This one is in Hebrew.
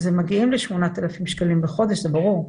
אז הם מגיעים ל-8,000 שקלים בחודש, זה ברור.